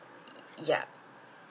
ya